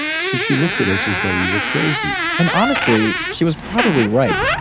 so she looked at us as though we were crazy. and, honestly, she was probably right.